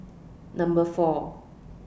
Number four